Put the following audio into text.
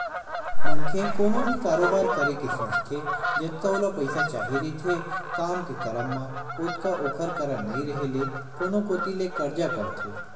मनखे कोनो भी कारोबार करे के सोचथे जतका ओला पइसा चाही रहिथे काम के करब म ओतका ओखर करा नइ रेहे ले कोनो कोती ले करजा करथे